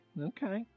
okay